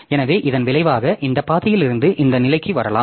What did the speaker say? எனவே இதன் விளைவாக இந்த பாதையிலிருந்து இந்த நிலைக்கு வரலாம்